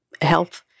health